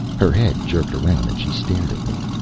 her head jerked around and she stared at me.